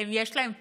יש להם פתרונות,